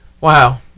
Wow